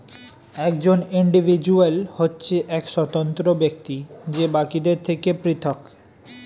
একজন ইন্ডিভিজুয়াল হচ্ছে এক স্বতন্ত্র ব্যক্তি যে বাকিদের থেকে পৃথক